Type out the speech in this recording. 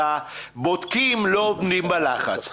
והבודקים לא עומדים בלחץ.